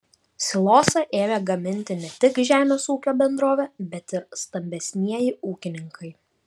silosą ėmė gaminti ne tik žemės ūkio bendrovė bet ir stambesnieji ūkininkai